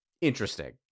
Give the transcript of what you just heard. interesting